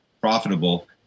profitable